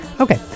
Okay